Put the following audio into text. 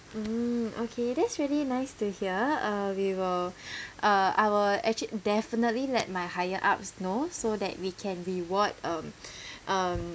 mm okay that's really nice to hear uh we will uh I will actually definitely let my higher ups know so that we can reward um um